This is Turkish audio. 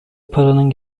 paranın